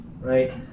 right